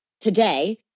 today